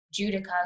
Judica